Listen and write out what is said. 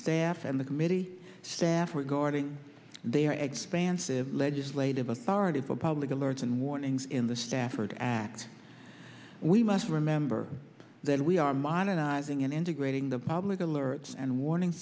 staff and the committee staff regarding their expansive legislative authority for public alerts and warnings in the stafford act we must remember that we are modernizing and integrating the public alerts and warning